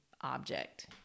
object